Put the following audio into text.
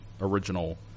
original